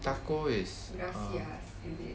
taco is uh